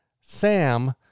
Sam